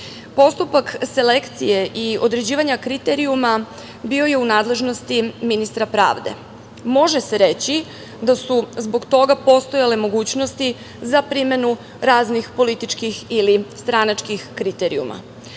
Postupak selekcije i određivanja kriterijuma bio je u nadležnosti ministra pravde. Može se reći da su zbog toga postojale mogućnosti za primenu raznih političkih ili stranačkih kriterijuma. Paket